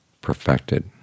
perfected